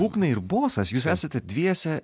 būgnai ir bosas jūs esate dviese